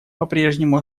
попрежнему